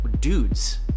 dudes